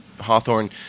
Hawthorne